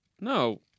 No